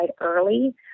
early